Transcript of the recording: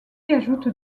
ajoute